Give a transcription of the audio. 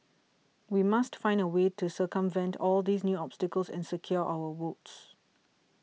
we must find a way to circumvent all these new obstacles and secure our votes